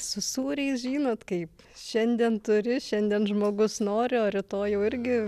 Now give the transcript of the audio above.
su sūriais žinot kaip šiandien turi šiandien žmogus nori o rytoj jau irgi